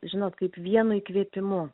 žinot kaip vienu įkvėpimu